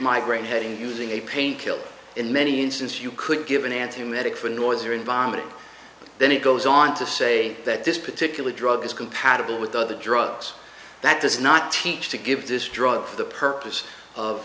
migraine headaches using a pain killer in many instances you could give an antiemetic for noise or environment then he goes on to say that this particular drug is compatible with other drugs that does not teach to give this drug for the purpose of